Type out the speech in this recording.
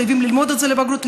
חייבים ללמוד את זה לבגרות,